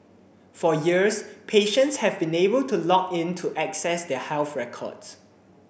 for years patients have been able to log in to access their health records